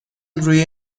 روی